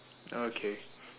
oh okay